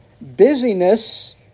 busyness